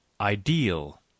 ideal